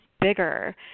bigger